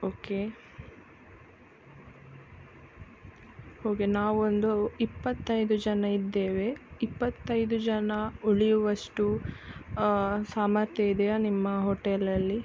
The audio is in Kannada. ಓಕೆ ಓಕೆ ನಾವೊಂದು ಇಪ್ಪತ್ತೈದು ಜನ ಇದ್ದೇವೆ ಇಪ್ಪತ್ತೈದು ಜನ ಉಳಿಯುವಷ್ಟು ಸಾಮರ್ಥ್ಯ ಇದೆಯಾ ನಿಮ್ಮ ಹೋಟೆಲಲ್ಲಿ